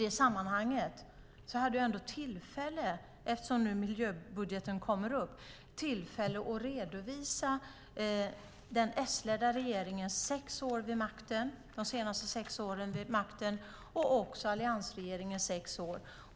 Eftersom miljöbudgeten kom upp hade jag i det sammanhanget tillfälle att redovisa den S-ledda regeringens senaste sex år vid makten och också alliansregeringens sex år.